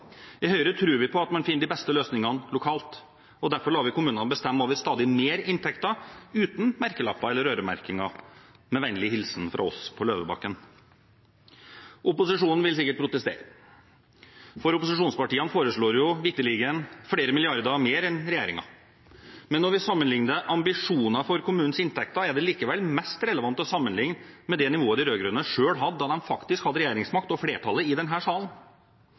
I Høyre tror vi på at man finner de beste løsningene lokalt. Derfor lar vi kommunene bestemme over stadig mer inntekter uten merkelapper eller øremerkinger med vennlig hilsen fra oss på Løvebakken. Opposisjonen vil sikkert protestere – for opposisjonspartiene foreslår jo vitterlig flere milliarder mer enn regjeringen. Når vi sammenligner ambisjoner for kommunenes inntekter, er det likevel mest relevant å sammenligne med det nivået de rød-grønne selv hadde da de faktisk hadde regjeringsmakt og flertall i